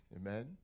Amen